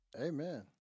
Amen